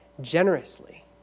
generously